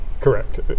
Correct